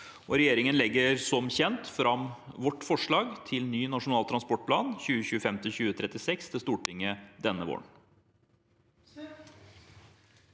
Regjeringen legger som kjent fram vårt forslag til ny Nasjonal transportplan 2025–2036 for Stortinget denne våren.